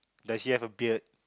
does he have a beard